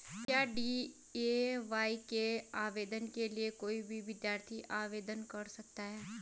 क्या डी.ए.वाय के आवेदन के लिए कोई भी विद्यार्थी आवेदन कर सकता है?